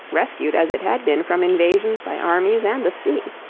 rescued as it had been from invasions by armies and the sea.